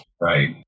Right